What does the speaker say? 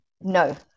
no